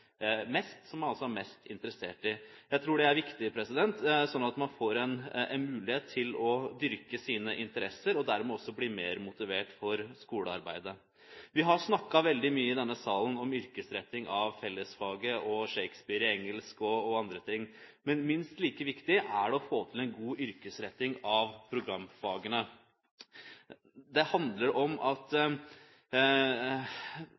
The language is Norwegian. mest som man er mest interessert i. Jeg tror det er viktig, slik at man får en mulighet til å dyrke sine interesser og dermed også bli mer motivert for skolearbeidet. Vi har snakket veldig mye i denne salen om yrkesretting av fellesfagene, om Shakespeare i engelsk og andre ting, men minst like viktig er det å få til en god yrkesretting av programfagene. Det handler om at